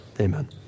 Amen